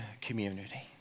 community